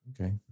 Okay